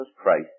Christ